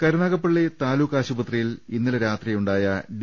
കരുനാഗപ്പള്ളി താലൂക്കാശുപത്രിയിൽ ഇന്നലെ രാത്രി ഉണ്ടായ ഡി